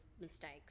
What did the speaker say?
mistakes